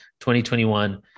2021